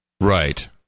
right